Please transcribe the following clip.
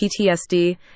PTSD